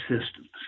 systems